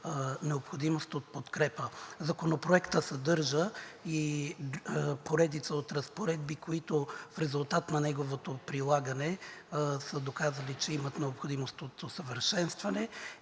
необходимост от подкрепа. Законопроектът съдържа и поредица от разпоредби, които в резултат на неговото прилагане са доказали, че имат необходимост от усъвършенстване.